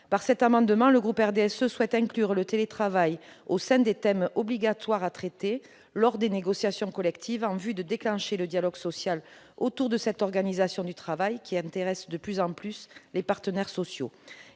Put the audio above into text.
de cet amendement, le groupe du RDSE propose d'inclure le télétravail parmi les thèmes obligatoires à traiter lors des négociations collectives, en vue de susciter le dialogue social autour de cette organisation du travail qui intéresse de plus en plus les partenaires sociaux.